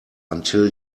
until